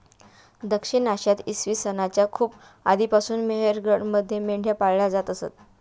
दक्षिण आशियात इसवी सन च्या खूप आधीपासून मेहरगडमध्ये मेंढ्या पाळल्या जात असत